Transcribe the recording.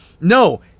No